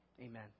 Amen